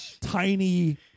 tiny